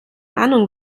ahnung